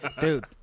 Dude